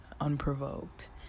unprovoked